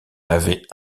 avait